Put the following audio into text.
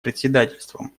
председательством